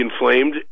inflamed